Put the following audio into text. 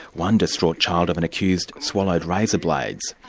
one distraught child of an accused swallowed razor blades.